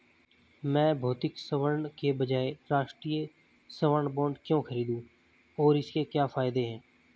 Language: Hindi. मैं भौतिक स्वर्ण के बजाय राष्ट्रिक स्वर्ण बॉन्ड क्यों खरीदूं और इसके क्या फायदे हैं?